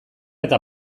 eta